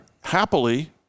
happily